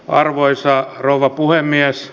arvoisa rouva puhemies